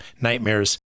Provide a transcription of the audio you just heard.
nightmares